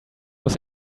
muss